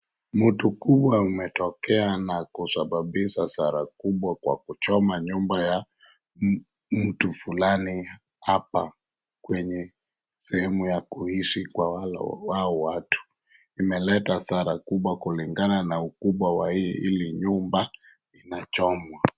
Moto kubwa imetokea na kusababisha hasara kubwa kwa kuchoma nyumba ya mtu fulani hapa kwenye sehemu ya kuishi kwa hao watu. Imeleta hasara kubwa kulingana na hii nyumba inachomwa.